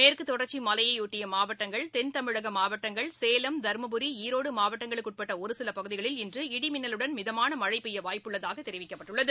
மேற்குதொடர்ச்சிமலையொட்டியமாவட்டங்கள் தென் தமிழகமாவட்டங்கள் சேலம் தர்மபுரி ஈரோடுமாவட்டங்களுக்குஉட்பட்டஒருசிலபகுதிகளில் இடிமின்னலுடன் இன்று மிதமானமழைபெய்யவாய்ப்புள்ளதாகதெரிவிக்கப்பட்டுள்ளது